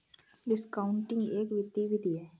discounting एक वित्तीय विधि है